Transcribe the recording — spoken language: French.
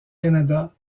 canada